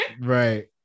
Right